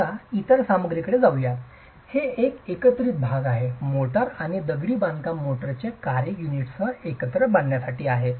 चला इतर सामग्रीकडे जाऊया जे एकत्रित भाग आहे मोर्टार आणि दगडी बांधकाम मोर्टारचे कार्य युनिट्स एकत्र बांधण्यासाठी आहे